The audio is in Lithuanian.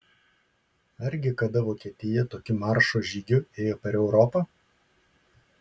argi kada vokietija tokiu maršo žygiu ėjo per europą